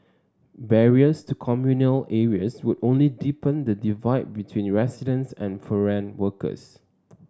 barriers to communal areas would only deepen the divide between residents and foreign workers